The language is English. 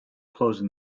closing